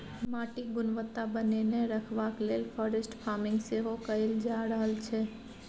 माटिक गुणवत्ता बनेने रखबाक लेल फॉरेस्ट फार्मिंग सेहो कएल जा रहल छै